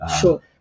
Sure